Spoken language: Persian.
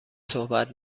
صحبت